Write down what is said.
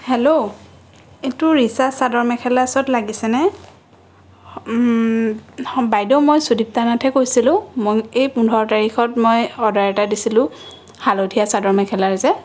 hello এইটো ৰিছাচ চাদৰ মেখেলা ওচৰত লাগিছেনে বাইদেউ মই সুদিপ্তা নাথে কৈছিলোঁ মই এই পোন্ধৰ তাৰিখত মই অৰ্ডাৰ এটা দিছিলোঁ হালধীয়া চাদৰ মেখেলাৰ যে